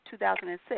2006